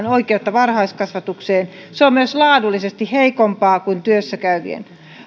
oikeutta varhaiskasvatukseen se on myös laadullisesti heikompaa kuin työssä käyvien